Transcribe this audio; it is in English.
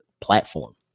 platform